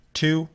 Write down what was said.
two